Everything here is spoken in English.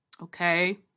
Okay